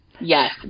Yes